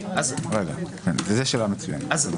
זו שאלה מצוינת.